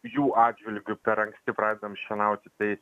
jų atžvilgiu per anksti pradedam šienauti tai